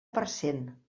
parcent